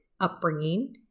upbringing